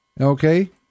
Okay